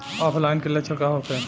ऑफलाइनके लक्षण का होखे?